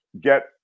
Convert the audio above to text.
get